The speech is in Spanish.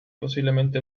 posiblemente